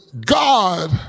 God